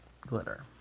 glitter